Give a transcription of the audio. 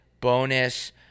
bonus